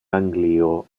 anglio